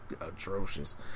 atrocious